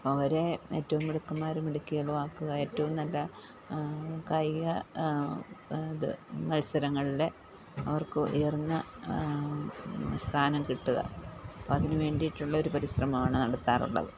അപ്പം അവരെ ഏറ്റവും മിടുക്കന്മാരും മിടുക്കികളും ആക്കുക ഏറ്റവും നല്ല കായിക ത് മത്സരങ്ങളിൽ അവർക്ക് ഉയർന്ന സ്ഥാനം കിട്ടുക അപ്പം അതിന് വേണ്ടിയിട്ടുള്ളൊരു പരിശ്രമമാണ് നടത്താറുള്ളത്